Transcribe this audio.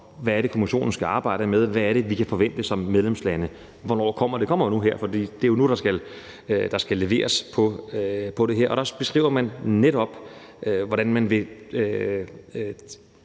hvad Kommissionen skal arbejde med, og hvad vi kan forvente som medlemslande, og det kommer nu her, for det er jo nu, der skal leveres på det her. Der beskriver man netop, hvordan man vil